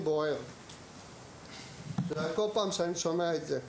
אני מרגיש בוער בכל פעם שאני שומע את זה.